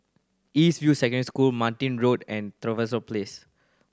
East View Secondary School Martin Road and Trevose Place